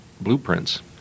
blueprints